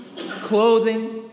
clothing